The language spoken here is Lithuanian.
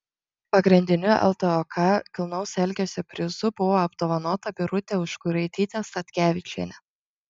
pagrindiniu ltok kilnaus elgesio prizu buvo apdovanota birutė užkuraitytė statkevičienė